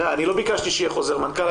אני לא ביקשתי שיהיה חוזר מנכ"ל.